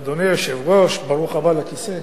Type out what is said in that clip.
אדוני היושב-ראש, ברוך הבא לכיסא.